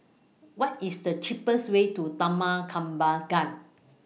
What IS The cheapest Way to Taman Kembangan